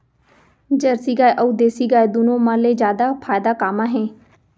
Jersey गाय अऊ देसी गाय दूनो मा ले जादा फायदा का मा हे?